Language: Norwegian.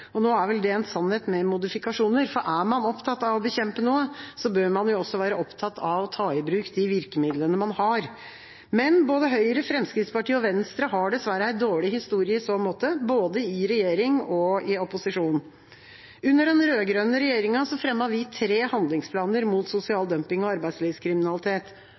arbeidslivskriminalitet. Nå er vel det en sannhet med modifikasjoner, for er man opptatt av å bekjempe noe, bør man jo også være opptatt av å ta i bruk de virkemidlene man har. Men både Høyre, Fremskrittspartiet og Venstre har dessverre en dårlig historie i så måte, både i regjering og i opposisjon. Under den rød-grønne regjeringa fremmet vi tre handlingsplaner mot sosial dumping og arbeidslivskriminalitet